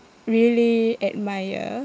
really admire